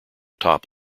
top